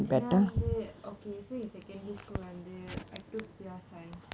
uh ஏனா வந்து:yaenaa vanthu okay so in secondary school வந்து:vanthu I took pure science